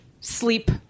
sleep